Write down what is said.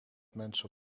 mensen